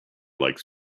likes